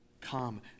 Come